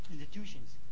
institutions